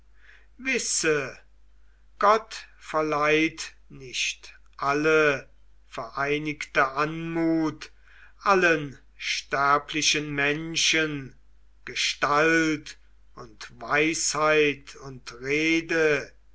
wisse gott verleiht nicht alle vereinigte anmut allen sterblichen menschen gestalt und weisheit und rede